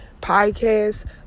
Podcast